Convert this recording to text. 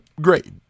Great